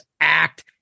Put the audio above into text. act